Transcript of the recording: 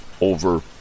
over